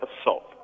assault